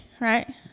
right